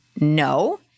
no